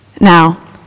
Now